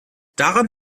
daran